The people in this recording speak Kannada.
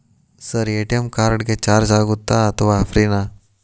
ಸರ್ ಎ.ಟಿ.ಎಂ ಕಾರ್ಡ್ ಗೆ ಚಾರ್ಜು ಆಗುತ್ತಾ ಅಥವಾ ಫ್ರೇ ನಾ?